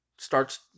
Starts